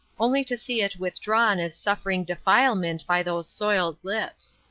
only to see it withdrawn as suffering defilement by those soiled lips.